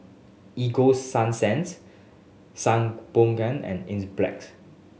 Ego Sunsense Sangobion and Enzyplex